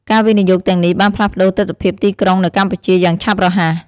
ការវិនិយោគទាំងនេះបានផ្លាស់ប្តូរទិដ្ឋភាពទីក្រុងនៅកម្ពុជាយ៉ាងឆាប់រហ័ស។